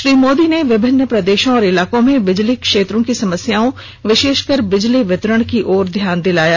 श्री मोदी ने विभिन्न प्रदेशों और इलाकों में बिजली क्षेत्र की समस्याओं विशेषकर बिजली वितरण की ओर ध्यान दिलाया